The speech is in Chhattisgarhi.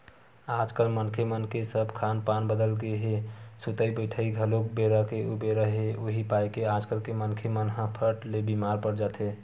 आजकल मनखे मन के सब खान पान बदले हे सुतई बइठई घलोक बेरा के उबेरा हे उहीं पाय के आजकल के मनखे मन ह फट ले बीमार पड़ जाथे